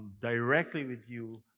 directly with you,